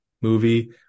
movie